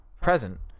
present